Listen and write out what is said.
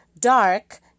dark